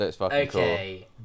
okay